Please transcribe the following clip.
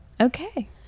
okay